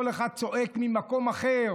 כל אחד צועק ממקום אחר